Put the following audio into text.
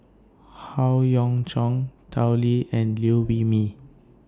Howe Yoon Chong Tao Li and Liew Wee Mee